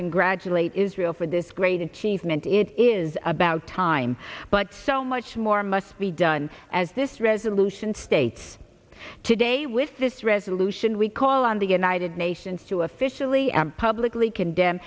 congratulate israel for this great achievement it is about time but so much more must be done as this resolution states today with this resolution we call on the united nations to officially and publicly condemn